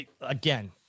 again